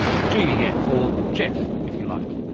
the g e f or gef, if you like.